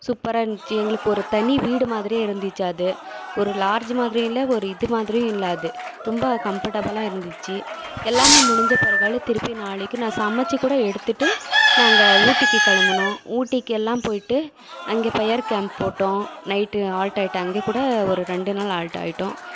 சூப்பராக இருந்துச்சி எங்ளுக்கு ஒரு தனி வீடு மாதிரியே இருந்துச்சு அது ஒரு லார்ஜ் மாதிரியும் இல்லை ஒரு இது மாதிரியும் இல்லை அது ரொம்ப கம்பட்டபிலாக இருந்துச்சு எல்லாமே முடிஞ்ச பிறகாலு திருப்பி நாளைக்கி நான் சமைச்சு கூட எடுத்துட்டு நாங்கள் ஊட்டிக்கு கிளம்புனோம் ஊட்டிக்கெல்லாம் போய்ட்டு அங்கே பயர் கேம்ப் போட்டோம் நைட்டு ஆல்ட்டாகிட்டு அங்கே கூட ஒரு ரெண்டு நாள் ஹால்ட் ஆகிட்டோம்